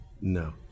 No